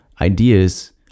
ideas